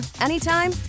anytime